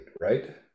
right